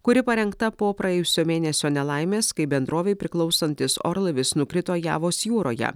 kuri parengta po praėjusio mėnesio nelaimės kai bendrovei priklausantis orlaivis nukrito javos jūroje